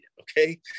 Okay